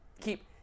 Keep